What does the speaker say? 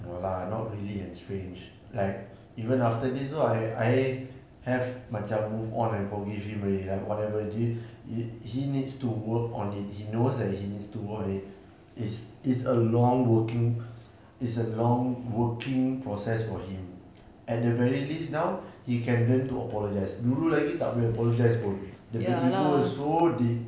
no lah not really enstranged like even after this one I I have macam move on and forgive him already like whatever di~ he needs to work on it he knows that he needs to work on it it's it's a long working it's a long working process for him at the very least now he can learn to apologise dulu lagi tak boleh apologise pun dia punya ego is so big